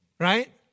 Right